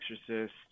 exorcist